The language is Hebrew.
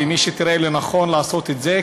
ועם מי שתראה לנכון לעשות את זה,